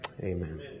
Amen